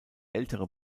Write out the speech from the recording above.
ältere